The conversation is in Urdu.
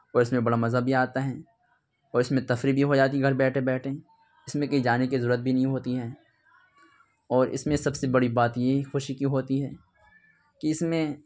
اور اس میں بڑا مزا بھی آتا ہے اور اس میں تفریح بھی ہو جاتی ہے گھر بیٹھے بیٹھے اس میں کہیں جانے کی ضرورت بھی نہیں ہوتی ہے اور اس میں سب سے بڑی بات یہ خوشی کی ہوتی ہے کہ اس میں